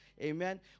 Amen